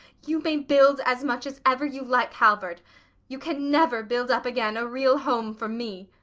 you may build as much as ever you like, halvard you can never build up again a real home for me!